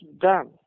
done